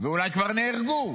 ואולי כבר נהרגו